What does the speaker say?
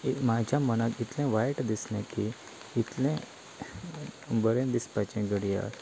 म्हाज्या मनांत इतलें वायट दिसलें की इतलें बरें दिसपाचें घडयाळ